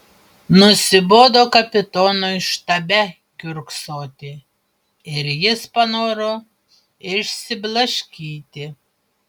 nusibodo kapitonui štabe kiurksoti ir jis panoro išsiblaškyti